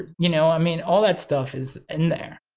you know, i mean, all that stuff is in there.